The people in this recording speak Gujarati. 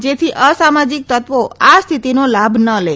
જેથી અસામાજીક તત્વો આ સ્થિતીનો લાભ ન લે